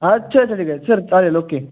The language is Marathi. अच्छा अच्छा अच्छा अच्छा सर चालेल ओके